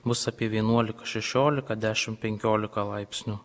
bus apie vienuolika šešiolika dešimt penkiolika laipsnių